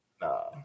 No